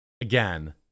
again